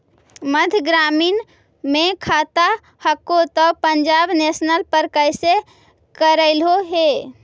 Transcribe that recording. मध्य ग्रामीण मे खाता हको तौ पंजाब नेशनल पर कैसे करैलहो हे?